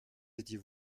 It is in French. étiez